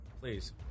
Please